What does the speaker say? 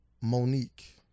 Monique